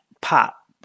pop